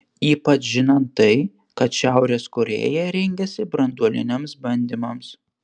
ypač žinant tai kad šiaurės korėja rengiasi branduoliniams bandymams